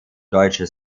deutsche